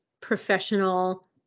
professional